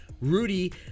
rudy